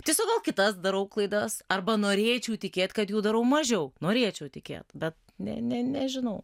tiesiog gal kitas darau klaidas arba norėčiau tikėt kad jų darau mažiau norėčiau tikėt bet ne ne nežinau